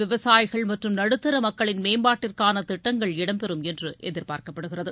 விவசாயிகள் மற்றும் நடுத்தர மக்களின் மேம்பாட்டிற்கான திட்டங்கள் இடம்பெறும் என்று எதிர்பார்க்கப்படுகிறது